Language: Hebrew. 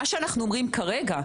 מה שאנחנו אומרים כרגע,